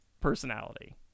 personality